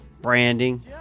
Branding